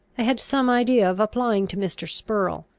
i had some idea of applying to mr. spurrel.